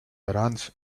runs